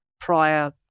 prior